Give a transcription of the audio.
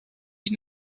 die